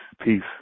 Peace